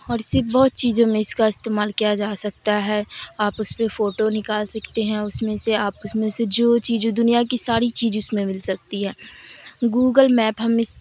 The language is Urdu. اور اسے بہت چیزوں میں اس کا استعمال کیا جا سکتا ہے آپ اس پہ فوٹو نکال سکتے ہیں اس میں سے آپ اس میں سے جو چیزوں دنیا کی ساری چیز اس میں مل سکتی ہے گوگل میپ ہم اس